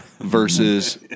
versus